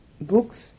books